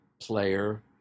player